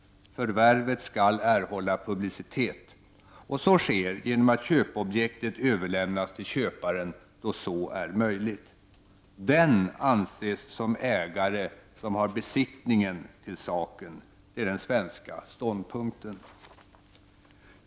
Förvärvet skall erhålla publicitet, och så sker genom att köpeobjektet överlämnas till köparen, då så är möjligt. Den anses som ägare som har besittningen till saken; detta är den svenska ståndpunkten.